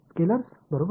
scalars बरोबर